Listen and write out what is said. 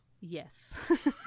Yes